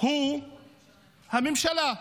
הוא הממשלה.